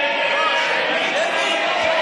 לא, שמית.